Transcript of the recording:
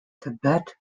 tibet